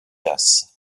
das